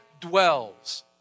dwells